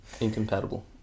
Incompatible